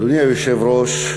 אדוני היושב-ראש,